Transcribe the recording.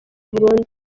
burundu